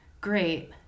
great